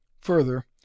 further